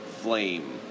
flame